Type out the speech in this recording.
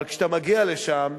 אבל כשאתה מגיע לשם,